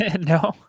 No